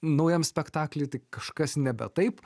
naujam spektakly tai kažkas nebe taip